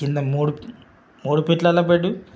కింద మూడు మూడు ఫిట్లలో బెడ్